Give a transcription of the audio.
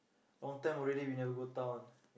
long time already we never go town